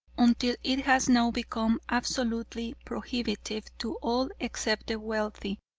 until it has now become absolutely prohibitive to all except the wealthy.